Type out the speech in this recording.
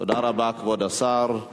תודה רבה, כבוד השר.